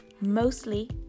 mostly